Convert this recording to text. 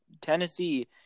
Tennessee